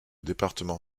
département